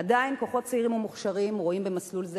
עדיין כוחות צעירים ומוכשרים רואים במסלול זה